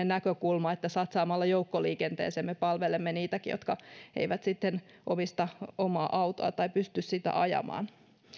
näkökulma että satsaamalla joukkoliikenteeseen me palvelemme sitten niitäkin jotka eivät omista omaa autoa tai pysty sitä ajamaan